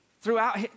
throughout